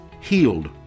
healed